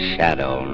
Shadow